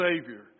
Savior